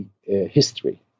history